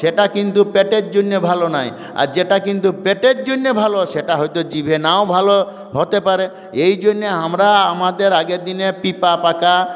সেটা কিন্তু পেটের জন্যে ভালো না আর যেটা কিন্তু পেটের জন্য ভালো সেটা হয়তো জিভে নাও ভালো হতে পারে এই জন্য আমরা আমাদের আগের দিনে পেঁপে পাকা